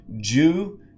Jew